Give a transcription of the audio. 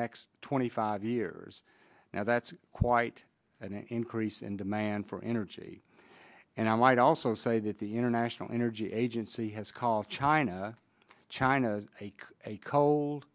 next twenty five years now that's quite an increase in demand for energy and i might also say that the international energy agency has called china china a a cold